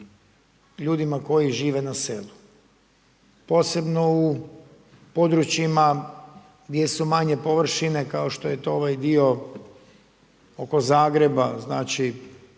ljudima koji žive na selu. Posebno u područjima gdje su manje površine, kao što je to ovaj dio oko Zagreba, znači